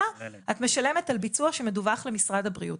אלא את משלמת על ביצוע שמדווח למשרד הבריאות.